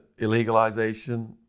illegalization